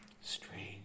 Strange